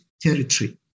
territory